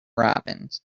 robins